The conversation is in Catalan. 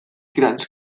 grans